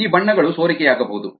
ಈ ಬಣ್ಣಗಳು ಸೋರಿಕೆಯಾಗಬಹುದು